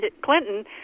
Clinton